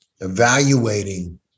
evaluating